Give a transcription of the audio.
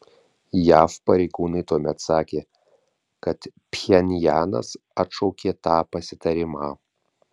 jav pareigūnai tuomet sakė kad pchenjanas atšaukė tą pasitarimą